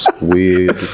weird